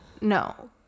No